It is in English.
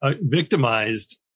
victimized